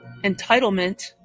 entitlement